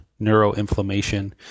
neuroinflammation